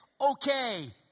Okay